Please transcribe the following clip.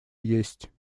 есть